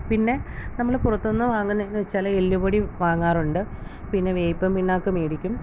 പിന്നെ നമ്മൾ പുറത്തു നിന്ന് വാങ്ങുന്നതെന്ന് വച്ചാൽ എല്ലുപൊടി വാങ്ങാറുണ്ട് പിന്നെ വേപ്പിൻ പിണ്ണാക്ക് മേടിക്കും